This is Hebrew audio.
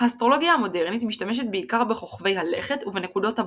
האסטרולוגיה המודרנית משתמשת בעיקר בכוכבי הלכת ובנקודות הבאות.